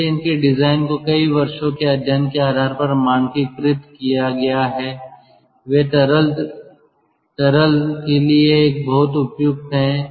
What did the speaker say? इसलिए इनके डिजाइन को कई वर्षों के अध्ययन के आधार पर मानकीकृत किया गया है वे तरल तरल के लिए बहुत उपयुक्त हैं